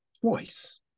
twice